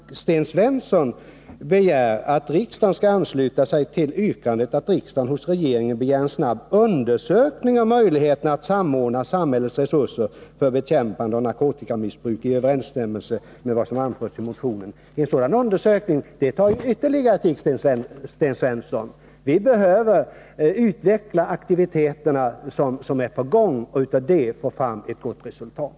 Sten Svensson vill att riksdagen skall ansluta sig till yrkandet att riksdagen hos regeringen begär en snabb undersökning av möjligheterna att samordna samhällets resurser för bekämpande av narkotikamissbruket i överensstämmelse med vad som anförts i motionen. En sådan undersökning tar ju ytterligare tid, Sten Svensson. Vi behöver utveckla aktiviteterna som är på gång och av det få fram ett gott resultat.